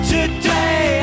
Today